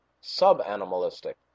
sub-animalistic